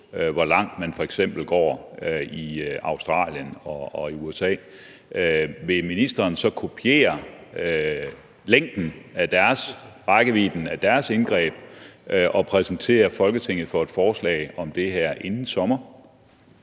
hvor langt man f.eks. går i Australien og i USA, vil ministeren så kopiere rækkevidden af deres indgreb og præsentere Folketinget for et forslag om det her inden sommer?